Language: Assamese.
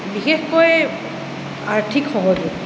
বিশেষকৈ আৰ্থিক সহযোগ